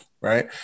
right